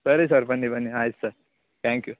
ಸರಿ ಸರ್ ಬನ್ನಿ ಬನ್ನಿ ಆಯ್ತು ಸರ್ ತ್ಯಾಂಕ್ ಯು